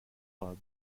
club